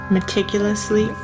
Meticulously